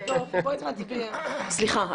תודה.